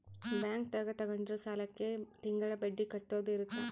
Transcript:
bank ದಾಗ ತಗೊಂಡಿರೋ ಸಾಲಕ್ಕೆ ತಿಂಗಳ ಬಡ್ಡಿ ಕಟ್ಟೋದು ಇರುತ್ತ